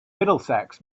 middlesex